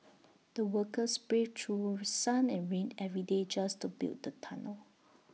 the workers braved through sun and rain every day just to build the tunnel